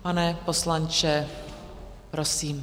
Pane poslanče, prosím.